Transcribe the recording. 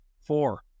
Four